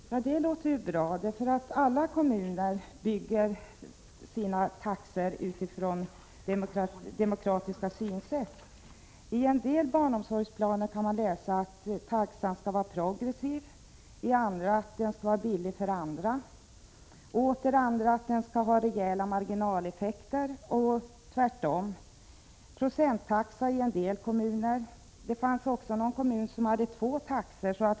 Fru talman! Det låter bra. Men alla kommuner fastställer sina taxor utifrån ett demokratiskt synsätt. I en del barnomsorgsplaner kan man läsa att taxan skall vara progressiv. I andra står det att taxan skall vara billig för vissa. I andra åter kan man läsa att taxan skall ha rejäla marginaleffekter — eller tvärtom. I en del kommuner har man procenttaxa. Det finns också någon kommun som har två taxor.